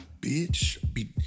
bitch